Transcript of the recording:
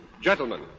Gentlemen